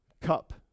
cup